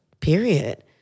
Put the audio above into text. period